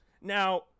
Now